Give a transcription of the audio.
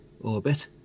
orbit